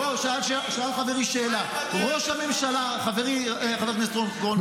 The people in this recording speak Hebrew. בוא, שאל חברי שאלה, חבר הכנסת רון כץ.